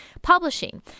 publishing